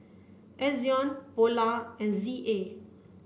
Ezion Polar and Z A